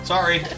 Sorry